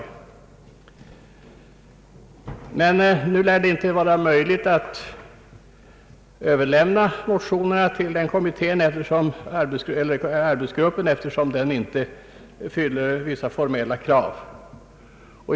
Nu lär det emellertid inte vara möjligt att överlämna motionerna till denna arbetsgrupp, eftersom de inte fyller vissa formella krav.